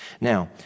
Now